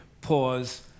pause